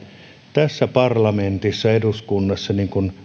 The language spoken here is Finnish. tässä parlamentissa eduskunnassa